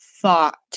thought